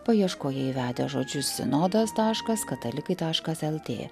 paieškoje įvedęs žodžius sinodas taškas katalikai taškas el tė